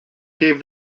gave